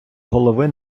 голови